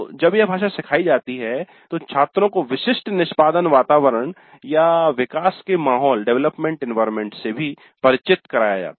जब भाषा सिखाई जाती है तो छात्रों को विशिष्ट निष्पादन वातावरण या विकास के माहौल से भी परिचित कराया जाता है